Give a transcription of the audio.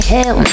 Hell